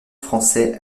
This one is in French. français